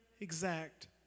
exact